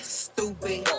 stupid